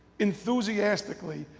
enthusiastically,